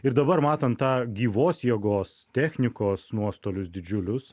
ir dabar matant tą gyvos jėgos technikos nuostolius didžiulius